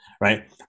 right